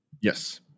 Yes